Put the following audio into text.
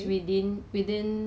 yeah